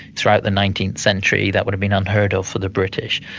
throughout the nineteenth century that would have been unheard of for the british.